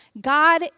God